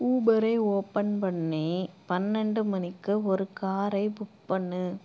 ஊபரை open பண்ணி பன்னெண்டு மணிக்கு ஒரு காரை புக் பண்ணு